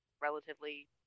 relatively